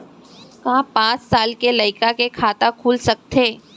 का पाँच साल के लइका के खाता खुल सकथे?